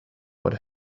what